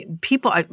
people